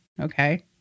okay